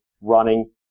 running